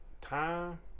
time